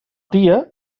tia